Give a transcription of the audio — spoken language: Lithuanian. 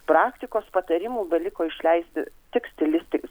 praktikos patarimų beliko išleisti tik stilistiks